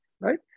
right